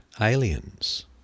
aliens